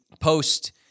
post